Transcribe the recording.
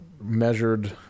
measured